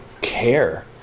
care